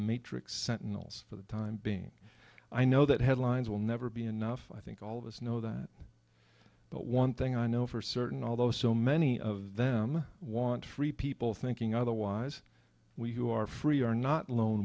sentinels for the time being i know that headlines will never be enough i think all of us know that but one thing i know for certain although so many of them want free people thinking otherwise we who are free are not lone